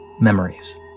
Memories